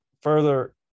further –